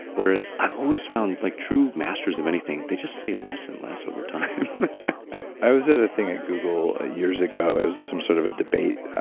whereas i've always found like true masters of anything, they just say less and less over time i was at a thing at google years ago, it was some sort of a debate,